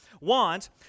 want